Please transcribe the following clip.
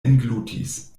englutis